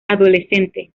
adolescente